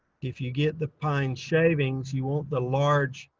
if you get the pine shavings, you want the large